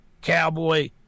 cowboy